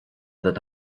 that